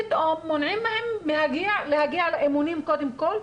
פתאום מונעים מהם להגיע לאימונים קודם כל,